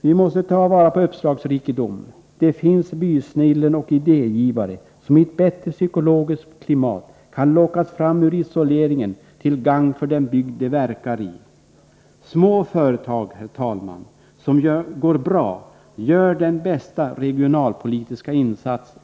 Vi måste ta vara på uppslagsrikedomen. Det finns bysnillen och idégivare som i ett bättre psykologiskt klimat kan lockas fram ur isoleringen, till gagn för den bygd de verkar i. Herr talman! Små företag som går bra gör den bästa regionalpolitiska insatsen.